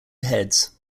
heads